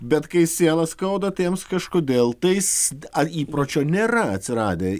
bet kai sielą skauda tai jiems kažkodėl tais ar įpročio nėra atsiradę